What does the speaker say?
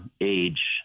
age